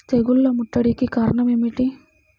తెగుళ్ల ముట్టడికి కారణం ఏమిటి?